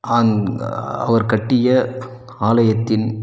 அந்த அவர் கட்டிய ஆலயத்தின்